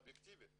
הוא די אובייקטיבי.